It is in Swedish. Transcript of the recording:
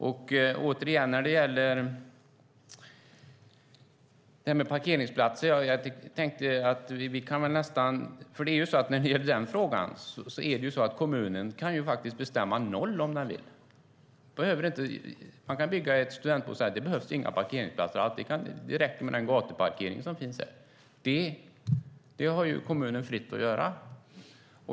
Sedan gäller det återigen det här med parkeringsplatser. När det gäller den frågan kan kommunen faktiskt bestämma att det ska vara noll om den vill. Man kan bygga studentbostäder och säga att det inte behövs några parkeringsplatser alls. Det räcker med den gatuparkering som finns. Det står kommunen fritt att göra.